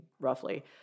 roughly